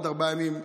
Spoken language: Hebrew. עוד ארבעה ימים.